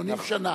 80 שנה.